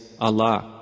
Allah